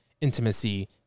intimacy